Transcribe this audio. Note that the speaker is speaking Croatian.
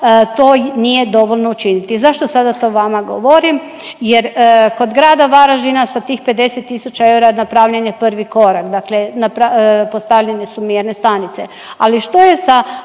to nije dovoljno učiniti. Zašto to sada vama govorim? Jer kod grada Varaždina sa tih 50 tisuća eura napravljen je prvi korak, dakle napra… postavljenje su mjerne stanice, ali što je sa